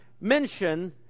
mention